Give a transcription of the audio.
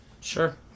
sure